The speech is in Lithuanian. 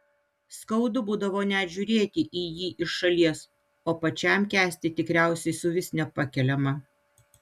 skaudu būdavo net žiūrėti į jį iš šalies o pačiam kęsti tikriausiai suvis nepakeliama